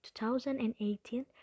2018